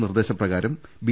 നിർദ്ദേശപ്രകാരം ബി